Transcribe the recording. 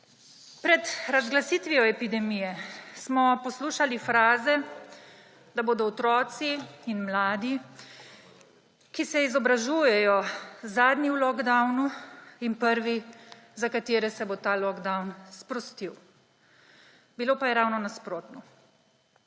Pred razglasitvijo epidemije smo poslušali fraze, da bodo otroci in mladi, ki se izobražujejo, zadnji v lockdownu in prvi, za katere se bo ta lockdown sprostil. Bilo pa je ravno nasprotno.